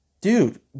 dude